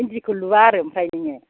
इन्दिखौ लुवा आरो ओमफ्राय नोङो